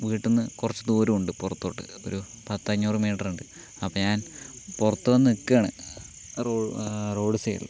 വീട്ടിൽ നിന്ന് കുറച്ചു ദൂരമുണ്ട് പുറത്തോട്ട് ഒരു പത്തഞ്ഞൂറ് മീറ്ററുണ്ട് അപ്പം ഞാൻ പുറത്തു വന്ന് നിക്കാണ് റോ റോഡ് സൈഡ്